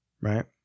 Right